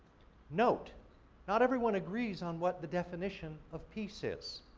note not everyone agrees on what the definition of peace is.